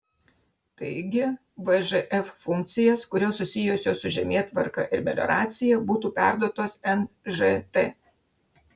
taigi vžf funkcijas kurios susijusios su žemėtvarka ir melioracija būtų perduotos nžt